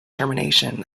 termination